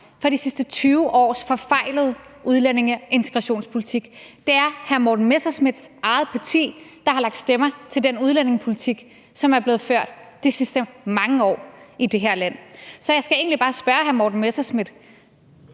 for de sidste 20 års forfejlede udlændinge- og integrationspolitik. Det er hr. Morten Messerschmidts eget parti, der har lagt stemmer til den udlændingepolitik, som er blevet ført de sidste mange år i det her land. Så jeg skal egentlig bare sige til hr. Morten Messerschmidt: